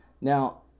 Now